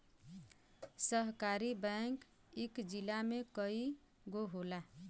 सहकारी बैंक इक जिला में कई गो होला